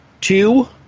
Two